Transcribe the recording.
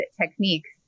techniques